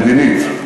המדינית.